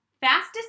Fastest